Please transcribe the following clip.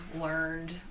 learned